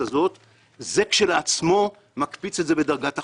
הזו זה כשלעצמו מקפיץ את זה בדרגת החומרה,